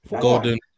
Golden